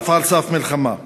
ואף על סף מלחמה.